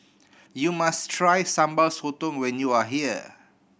you must try Sambal Sotong when you are here